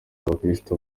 abakristo